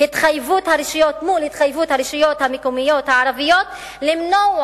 מול התחייבות הרשויות המקומיות הערביות למנוע